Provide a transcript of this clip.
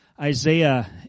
Isaiah